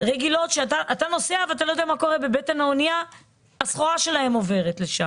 רגילות שהסחורה שלהם עוברת בהן.